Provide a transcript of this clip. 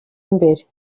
imbere